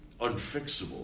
unfixable